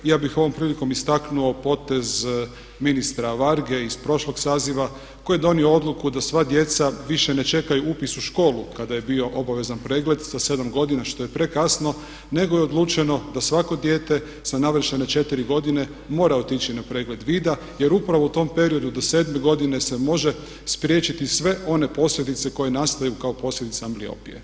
Ja bih ovom prilikom istaknuo potez ministra Varge iz prošlog saziva koji je donio odluku da sva djeca više ne čekaju upis u školu kada je bio obavezan pregled sa 7 godina što je prekasno nego je odlučeno da svako dijete sa navršene 4 godine mora otići na pregled vida jer upravo u tom periodu do 7 godine se može spriječiti sve one posljedice koje nastaju kao posljedice ambliopije.